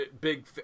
big